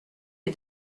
est